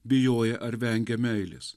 bijoję ar vengę meilės